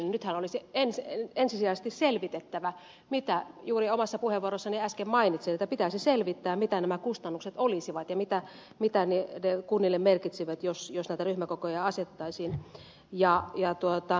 nythän olisi ensisijaisesti selvitettävä juuri omassa puheenvuorossani äsken mainitsin että pitäisi selvittää mitä nämä kustannukset olisivat ja mitä ne kunnille merkitsevät jos näitä ryhmäkokoja kunnille asetettaisiin